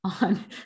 on